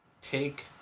take